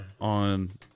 on